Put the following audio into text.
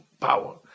power